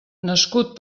nascut